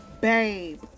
Babe